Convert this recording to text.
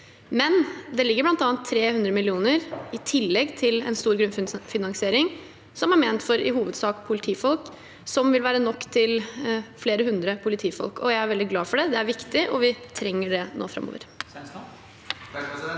Men det ligger bl.a. 300 mill. kr, i tillegg til en stor grunnfinansiering, som i hovedsak er ment til politifolk, og som vil være nok til flere hundre politifolk. Jeg er veldig glad for det, det er viktig, og vi trenger det nå framover.